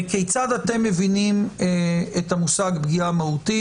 כיצד אתם מבינים את המושג "פגיעה מהותית"?